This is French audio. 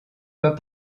pas